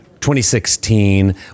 2016